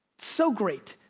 so great.